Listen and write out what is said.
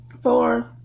four